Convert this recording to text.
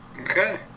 Okay